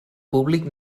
públic